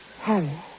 Harry